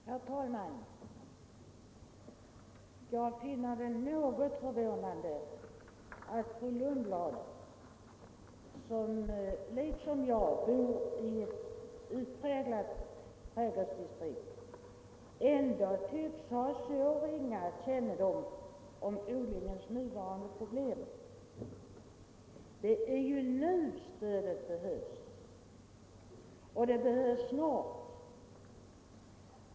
Herr talman! Jag finner det något förvånande att fru Lundblad, som liksom jag bor i ett utpräglat trädgårdsdistrikt, tycks ha så ringa kännedom om odlingens nuvarande problem. Det är ju nu stödet behövs. Det behövs snart.